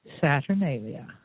Saturnalia